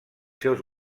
seus